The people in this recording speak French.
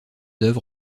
œuvres